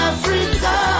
Africa